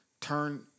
turn